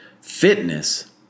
fitness